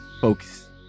focus